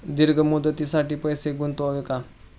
दीर्घ मुदतीसाठी पैसे गुंतवावे का?